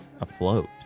afloat